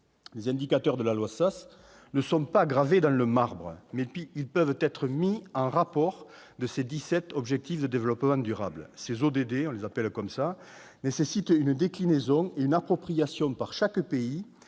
Les indicateurs de la loi Sas ne sont pas gravés dans le marbre, mais ils peuvent être mis en rapport avec les dix-sept objectifs de développement durable. Ces « ODD » nécessitent une déclinaison et une appropriation par chaque pays